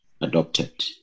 adopted